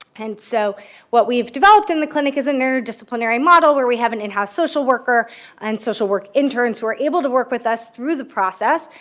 and so what we've developed in the clinic is an interdisciplinary model, where we have an in-house social worker and social work interns who are able to work with us through the process,